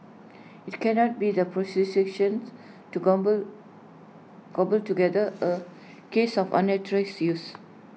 IT cannot be the prosecutions to cobble cobble together A case of unauthorised use